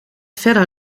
verder